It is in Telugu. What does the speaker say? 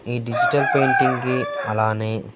ఈ డిజిటల్ పెయింటింగ్కి అలానే